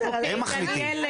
הם מחליטים.